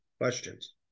questions